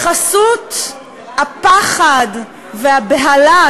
בחסות הפחד והבהלה,